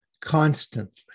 constantly